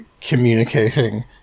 communicating